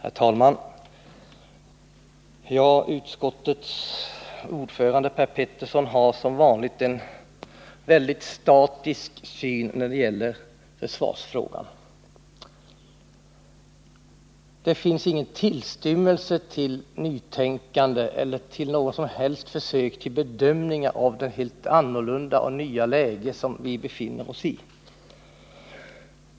Herr talman! Utskottets ordförande, Per Petersson. har som vanligt en väldigt statisk syn när det gäller försvarsfrågan. Det finns ingen tillstymmelse till nytänkande eller något som helst fö sök till bedömningar av det helt annorlunda och nya läge som vi befinner oss i.